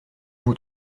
vous